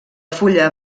fulla